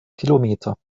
kilometer